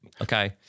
Okay